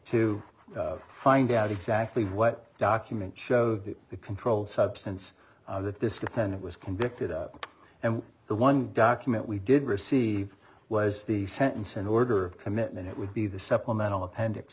to find out exactly what documents show the controlled substance that this defendant was convicted of and the one document we did receive was the sentence an order commitment it would be the supplemental appendix